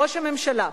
ראש הממשלה,